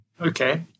okay